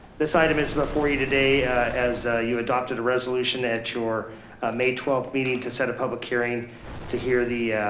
this item is here for you today as you adopted a resolution at your may twelfth meeting to set a public hearing to hear the